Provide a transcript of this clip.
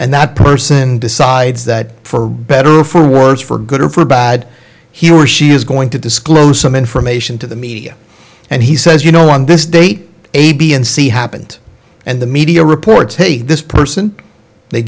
and that person decides that for better or for worse for good or for bad he or she is going to disclose some information to the media and he says you know on this date a b and c happened and the media reports say this person they